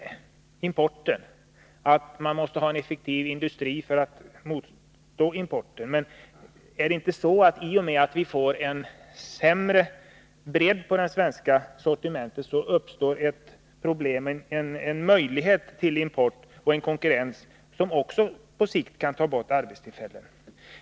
Importen nämndes här liksom nödvändigheten av en effektiv svensk industri för att motstå importen. Men är det inte så att i och med att vi får en mindre bredd på det svenska sortimentet, så uppstår ett behov av eller en möjlighet till import och till en konkurrens som på sikt kan ta bort arbetstillfällen?